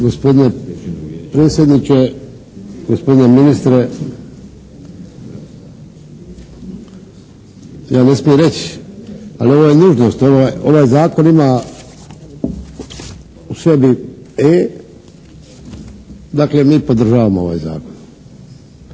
Gospodine predsjedniče, gospodine ministre. Ja ne smijem reći, ali ovo je nužnost. Ovaj zakon ima u sebi "E", dakle, mi podržavamo ovaj zakon.